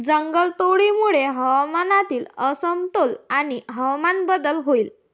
जंगलतोडीमुळे हवामानातील असमतोल आणि हवामान बदल होईल